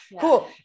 Cool